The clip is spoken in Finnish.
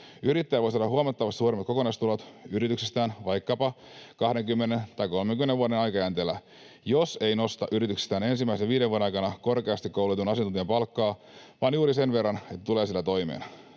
Yrittäjä voi saada huomattavasti suuremmat kokonaistulot yrityksestään vaikkapa 20 tai 30 vuoden aikajänteellä, jos ei nosta yrityksestään ensimmäisten viiden vuoden aikana korkeasti koulutetun asiantuntijan palkkaa vaan juuri sen verran, että tulee sillä toimeen.